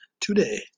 today